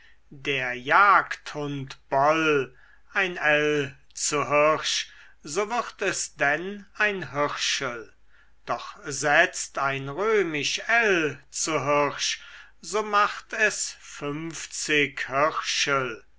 der jagdhund boll ein l zu hirsch so wird es denn ein hirschel doch setzt ein römisch l zu hirsch so macht es fünfzig hirschel